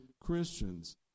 Christians